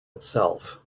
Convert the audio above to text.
itself